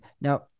Now